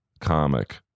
comic